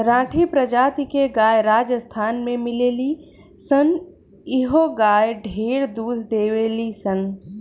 राठी प्रजाति के गाय राजस्थान में मिलेली सन इहो गाय ढेरे दूध देवेली सन